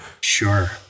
Sure